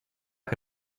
que